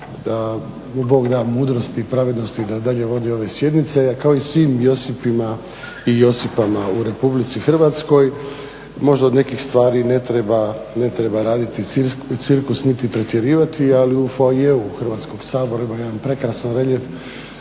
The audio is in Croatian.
mu Bog da mudrosti, pravednosti i da dalje vodi ove sjednice, kao i svim Josipima i Josipama u RH, možda od nekih stvari ne treba raditi cirkus niti pretjerivati ali u … Hrvatskog sabora ima jedan prekrasan reljef